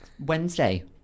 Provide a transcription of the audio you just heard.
Wednesday